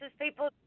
people